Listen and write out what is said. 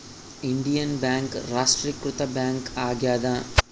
Indian bank ರಾಷ್ಟ್ರೀಕೃತ bank ಆಗ್ಯಾದ